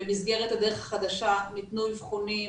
במסגרת "הדרך החדשה" ניתנו אבחונים